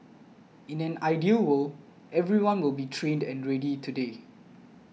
in an ideal world everyone will be trained and ready today